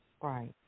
right